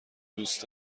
دوست